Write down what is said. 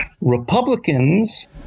Republicans